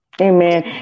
Amen